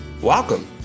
Welcome